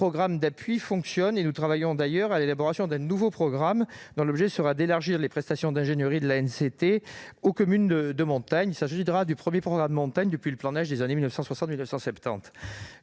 programmes d'appui fonctionnent. Nous travaillons d'ailleurs à l'élaboration d'un nouveau programme, dont l'objet sera d'étendre les prestations d'ingénierie de l'ANCT aux communes de montagne. Il s'agira du premier programme de montagne depuis le plan Neige des années 1960-1970.